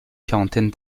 quarantaine